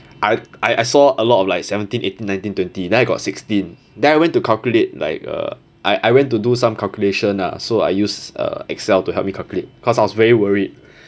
I I I saw a lot of like seventeen eighteen nineteen twenty then I got sixteen then I went to calculate like uh I I went to do some calculation lah so I use uh excel to help me calculate cause I was very worried